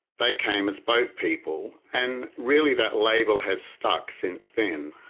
they came as boat people, and really that label has stuck since then.